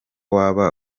waba